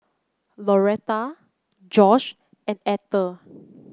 Lauretta Josh and Etter